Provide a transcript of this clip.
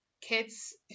kids